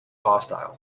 hostile